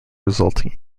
resulting